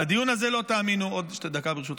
לדיון הזה, לא תאמינו, עוד דקה, ברשותך,